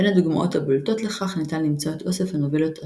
בין הדוגמאות הבולטות לכך ניתן למצוא את אוסף הנובלות "הפטמרון"